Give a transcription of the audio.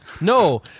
No